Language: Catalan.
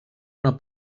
una